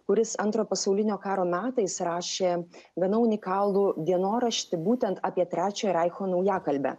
kuris antro pasaulinio karo metais rašė gana unikalų dienoraštį būtent apie trečiojo reicho naujakalbę